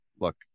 look